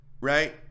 Right